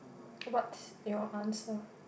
what's your answer